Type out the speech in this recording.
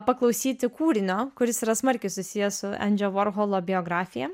paklausyti kūrinio kuris yra smarkiai susijęs su endžio vorholo biografija